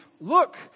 Look